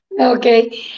okay